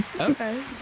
Okay